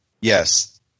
Yes